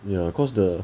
ya cause the